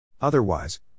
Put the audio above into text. Otherwise